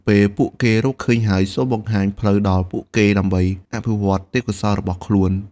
ពេលពួកគេរកឃើញហើយ សូមបង្ហាញផ្លូវដល់ពួកគេដើម្បីអភិវឌ្ឍទេពកោសល្យរបស់ខ្លួន។